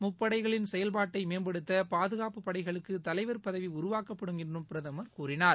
முப்படைகளின் செயல்பாட்டை மேம்படுத்த பாதுகாப்பு படைகளுக்கு தலைவர் பதவி உருவாக்கப்படும் என்றும் பிரதமர் கூறினார்